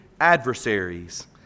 adversaries